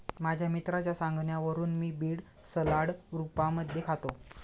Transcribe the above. माझ्या मित्राच्या सांगण्यावरून मी बीड सलाड रूपामध्ये खातो